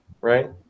Right